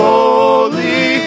Holy